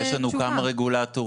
יש לנו כמה רגולטורים.